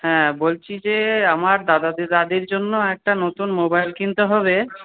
হ্যাঁ বলছি যে আমার দাদা দিদাদির জন্য একটা নতুন মোবাইল কিনতে হবে